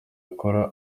akora